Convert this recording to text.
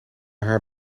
haar